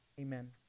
Amen